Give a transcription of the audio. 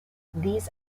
these